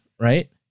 right